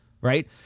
right